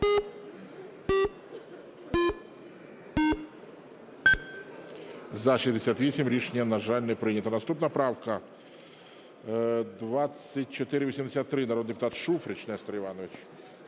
За-68 Рішення, на жаль, не прийнято. Наступна правка – 2483, народний депутат Шуфрич Нестор Іванович.